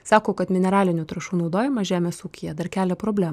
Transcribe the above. sako kad mineralinių trąšų naudojimas žemės ūkyje dar kelia problemų